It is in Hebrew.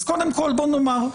אז קודם כל בואו נאמר,